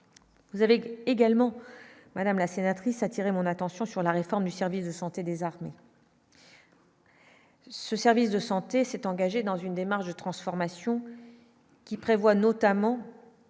vous avez également madame la sénatrice attiré mon attention sur la réforme du service de santé des armées. Ce service de santé s'est engagé dans une démarche de transformation qui prévoit notamment